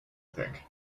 think